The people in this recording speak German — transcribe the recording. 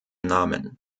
namen